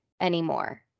anymore